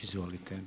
Izvolite.